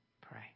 pray